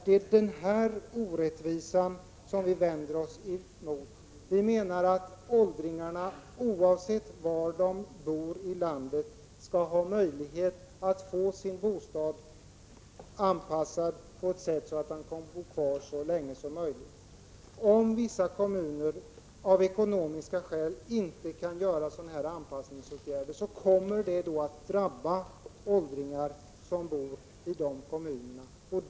Det är den orättvisan som vi vänder oss emot. Vi menar att åldringarna, oavsett var de bor i landet, skall ha möjlighet att få sin bostad anpassad på ett sådant sätt att de kan bo kvar så länge som möjligt. Om vissa kommuner av ekonomiska skäl inte kan vidta sådana åtgärder, kommer det att drabba åldringar som bor i de kommunerna.